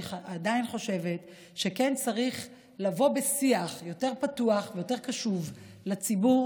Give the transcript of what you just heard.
אני עדיין חושבת שכן צריך לבוא בשיח יותר פתוח ויותר קשוב לציבור